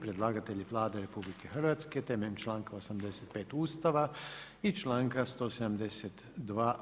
Predlagatelj je Vlada RH, temeljem članka 85. ustava i članka 172.